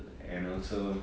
and also